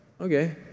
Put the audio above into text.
okay